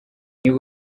niba